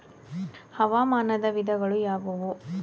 ಹವಾಮಾನದ ವಿಧಗಳು ಯಾವುವು?